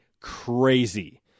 crazy